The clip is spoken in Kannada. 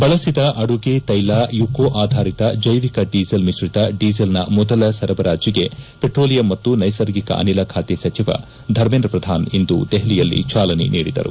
ಬಳಸಿದ ಆದುಗೆ ತೈಲ ಯುಕೋ ಅಧಾರಿತ ಜೈವಿಕ ದೀಸೆಲ್ ಮಿಶ್ರಿತ ದೀಸೆಲ್ನ ಮೊದಲ ಸರಬರಾಜಿಗೆ ಪೆಟ್ರೋಲಿಯಂ ಮತ್ತು ನೈಸರ್ಗಿಕ ಅನಿಲ ಖಾತೆ ಸಚಿವ ಧರ್ಮೇಂದ್ರ ಪ್ರಧಾನ್ ಇಂದು ದೆಹಲಿಯಲ್ಲಿ ಚಾಲನೆ ನೀಡಿದರು